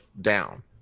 down